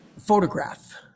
photograph